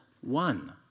one